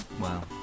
Wow